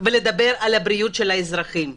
ולדבר על הבריאות של האזרחים.